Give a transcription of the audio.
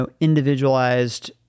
individualized